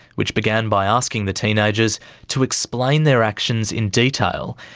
which began by asking the teenagers to explain their actions in detail,